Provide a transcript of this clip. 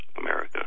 America